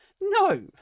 No